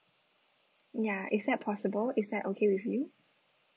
ya is that possible is that okay with you